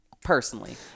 personally